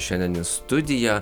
šiandien į studiją